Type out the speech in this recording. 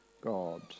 God